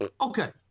Okay